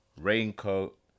raincoat